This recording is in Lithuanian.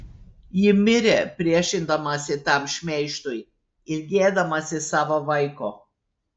ji mirė priešindamasi tam šmeižtui ilgėdamasi savo vaiko